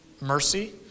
mercy